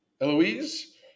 Eloise